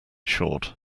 short